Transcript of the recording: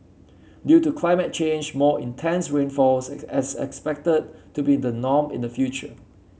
due to climate change more intense rainfalls as as expected to be the norm in the future